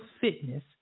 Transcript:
fitness